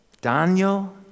Daniel